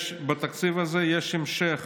בתקציב הזה יש המשך